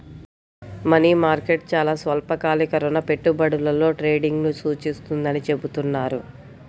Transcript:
money market చాలా స్వల్పకాలిక రుణ పెట్టుబడులలో ట్రేడింగ్ను సూచిస్తుందని చెబుతున్నారు